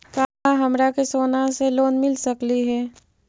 का हमरा के सोना से लोन मिल सकली हे?